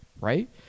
right